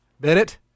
Bennett